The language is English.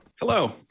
Hello